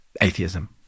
atheism